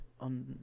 on